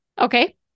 Okay